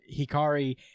Hikari